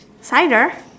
hi there